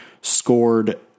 scored